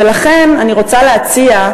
ולכם אני רוצה להציע,